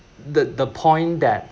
the the point that